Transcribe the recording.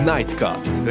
Nightcast